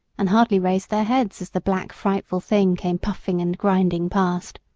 and hardly raised their heads as the black frightful thing came puffing and grinding past.